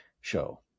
show